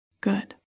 Good